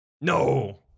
no